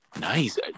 Nice